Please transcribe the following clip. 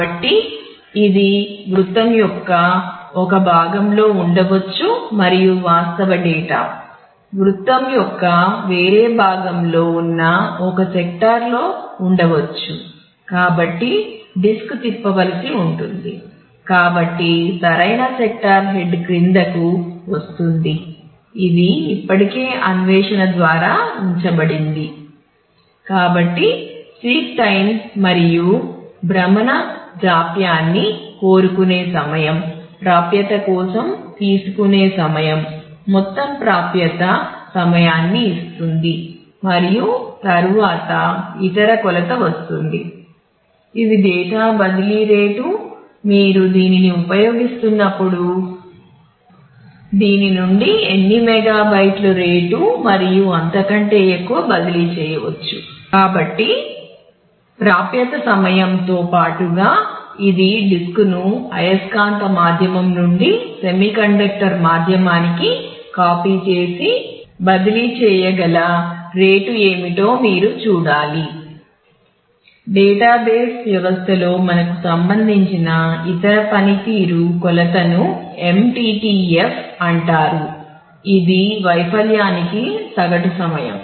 కాబట్టి ఇది వృత్తం యొక్క ఒక భాగంలో ఉండవచ్చు మరియు వాస్తవ డేటా వృత్తం యొక్క వేరే భాగంలో ఉన్న ఒక సెక్టార్ ఏమిటో మీరు చూడాలి డేటాబేస్ వ్యవస్థలో మనకు సంబంధించిన ఇతర పనితీరు కొలతను MTTF అంటారు ఇది వైఫల్యానికి సగటు సమయం